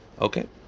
Okay